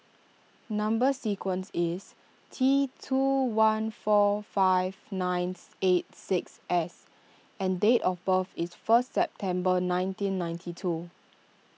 Number Sequence is T two one four five ninth eight six S and date of birth is first September nineteen ninety two